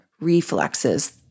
reflexes